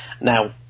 Now